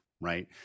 right